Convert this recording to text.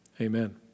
amen